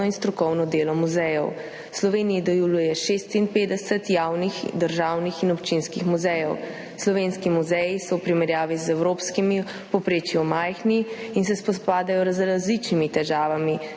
in strokovno delo muzejev. V Sloveniji deluje 56 javnih državnih in občinskih muzejev. Slovenski muzeji so v primerjavi z evropskim povprečjem majhni in se spopadajo z različnimi težavami,